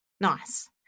nice